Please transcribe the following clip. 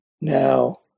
now